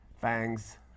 fangs